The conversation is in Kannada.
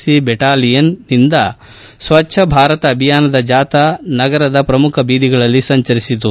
ಸಿ ಬ್ಯೆಟಾಲಿಯನ್ ನಿಂದ ಸ್ವಚ್ಚ ಭಾರತ ಅಭಿಯಾನದ ಜಾಥಾ ನಗರದ ಪ್ರಮುಖ ಬೀದಿಗಳಲ್ಲಿ ಸಂಚರಿಸಿತು